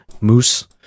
moose